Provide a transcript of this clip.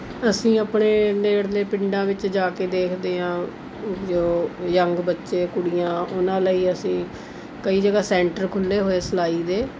ਅਸੀਂ ਆਪਣੇ ਨੇੜਲੇ ਪਿੰਡਾਂ ਵਿੱਚ ਜਾ ਕੇ ਦੇਖਦੇ ਹਾਂ ਜੋ ਯੰਗ ਬੱਚੇ ਕੁੜੀਆਂ ਉਹਨਾਂ ਲਈ ਅਸੀਂ ਕਈ ਜਗ੍ਹਾ ਸੈਂਟਰ ਖੁੱਲ੍ਹੇ ਹੋਏ ਸਿਲਾਈ ਦੇ